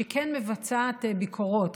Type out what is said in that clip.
שכן מבצע ביקורות.